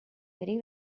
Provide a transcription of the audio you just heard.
very